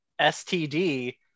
STD